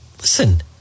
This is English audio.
Listen